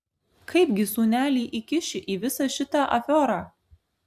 kaipgi sūnelį įkiši į visą šitą afiorą